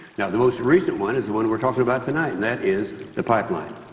yeah the most recent one is the one we're talking about tonight, and that is the pipeline.